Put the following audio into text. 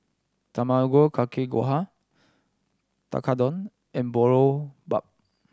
Tamago Kake Gohan Tekkadon and Boribap